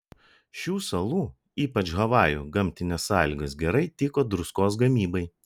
šių salų ypač havajų gamtinės sąlygos gerai tiko druskos gamybai